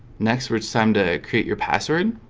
next we're it's time to create your password